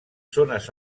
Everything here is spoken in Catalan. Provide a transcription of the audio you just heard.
zones